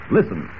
Listen